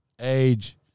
age